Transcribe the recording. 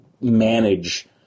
manage